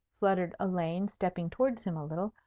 fluttered elaine, stepping towards him a little,